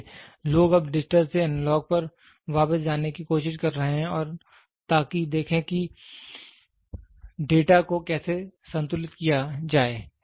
इसलिए लोग अब डिजिटल से एनालॉग पर वापस जाने की कोशिश कर रहे हैं और ताकि देखें कि डेटा को कैसे संतुलित किया जाए